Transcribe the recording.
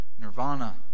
nirvana